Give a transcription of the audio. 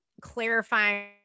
clarifying